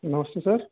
नमस्ते सर